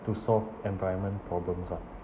to solve environment problems lah